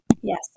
Yes